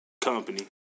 Company